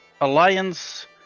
Alliance